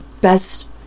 best